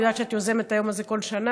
אני יודעת שאת יוזמת את היום הזה כל שנה,